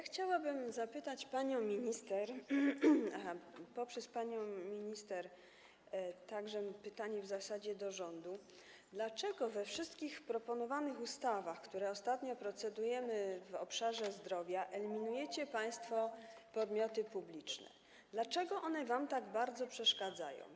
Chciałabym zapytać panią minister, a za pośrednictwem pani minister jest to w zasadzie pytanie do rządu, dlaczego we wszystkich proponowanych ustawach, nad którymi ostatnio procedujemy, w obszarze zdrowia eliminujecie państwo podmioty publiczne, dlaczego one wam tak bardzo przeszkadzają.